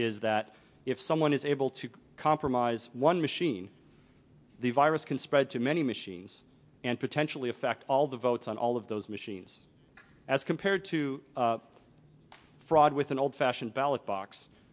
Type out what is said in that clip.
is that if someone is able to compromise one machine the virus can spread to many machines and potentially affect all the votes on all of those machines as compared to fraud with an old fashioned ballot box